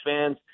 fans